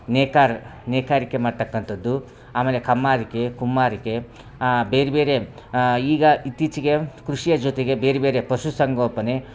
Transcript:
ನೇಕಾರ ನೇಕಾರಿಕೆ ಮಾಡ್ತಾಕ್ಕಂಥದ್ದು ಆಮೇಲೆ ಕಮ್ಮಾರಿಕೆ ಕುಮ್ಮಾರಿಕೆ ಬೇರೆ ಬೇರೆ ಈಗ ಇತ್ತೀಚಿಗೆ ಕೃಷಿಯ ಜೊತೆಗೆ ಬೇರೆ ಬೇರೆ ಪಶು ಸಂಗೋಪನೆ